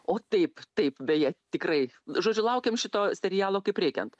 o taip taip beje tikrai žodžiu laukiam šito serialo kaip reikiant